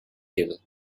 heel